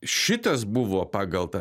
šitas buvo pagal tą